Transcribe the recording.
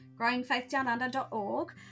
growingfaithdownunder.org